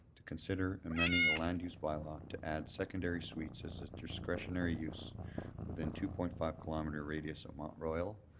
to consider amending the land use bylaw to add secondary suites as a discretionary use within two point five kilometre radius of mount royal,